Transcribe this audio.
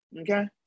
Okay